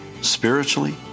Spiritually